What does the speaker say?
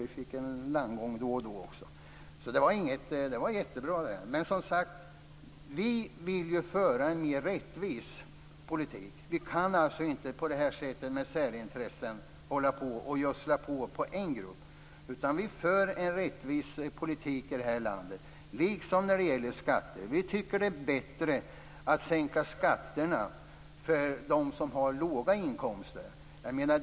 Vi fick också en landgång då och då. Så det var jättebra. Vi vill som sagt föra en mer rättvis politik. Vi kan alltså inte på det här sättet, med särintressen, hålla på att gödsla för en grupp. Vi för en rättvis politik i det här landet, liksom vi gör när det gäller skatter. Vi tycker att det är bättre att sänka skatterna för dem som har låga inkomster.